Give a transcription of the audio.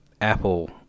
Apple